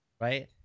right